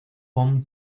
home